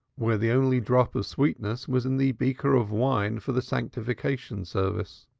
where the only drop of sweetness was in the beaker of wine for the sanctification service.